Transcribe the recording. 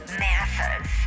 masses